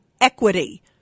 equity